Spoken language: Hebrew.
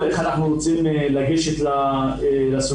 בשלב